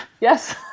Yes